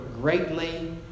greatly